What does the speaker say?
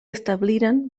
establiren